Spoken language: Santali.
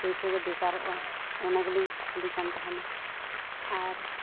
ᱯᱚᱭᱥᱟᱜᱮ ᱵᱮᱠᱟᱨᱚᱜᱼᱟ ᱚᱱᱟ ᱜᱮᱞᱤᱧ ᱠᱩᱠᱞᱤ ᱠᱟᱱ ᱛᱟᱦᱮᱱᱟ ᱟᱨ